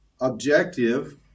objective